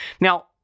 Now